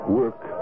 work